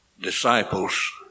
disciples